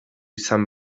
izan